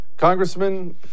congressman